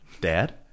Dad